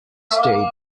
stayed